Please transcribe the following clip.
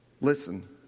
Listen